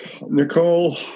Nicole